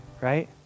right